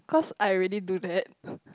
because I already do that